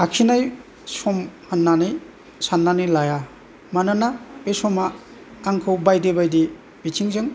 आखिनाय सम होननानै साननानै लाया मानोना बे समआ आंखौ बायदि बायदि बिथिंजों